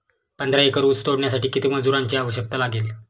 पंधरा एकर ऊस तोडण्यासाठी किती मजुरांची आवश्यकता लागेल?